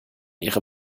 ihre